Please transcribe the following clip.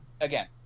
again